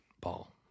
Paul